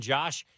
Josh